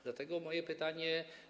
Dlatego moje pytanie.